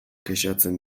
kexatzen